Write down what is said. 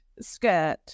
skirt